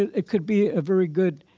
it could be a very good